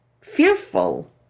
fearful